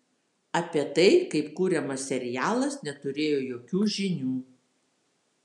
apie tai kaip kuriamas serialas neturėjo jokių žinių